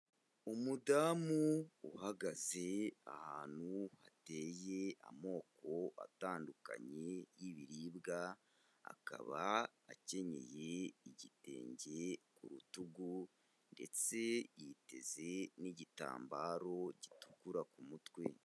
Umudamu uhagaze ahantu hateye amoko atandukanye y'ibiribwa, akaba akenyeye igitenge ku rutugu ndetse yiteze n'igitambaro gitukura ku mutwe.